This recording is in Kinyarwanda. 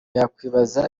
yakwibaza